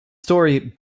story